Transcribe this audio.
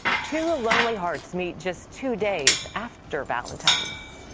two lonely hearts meet just two days after valentine's.